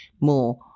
more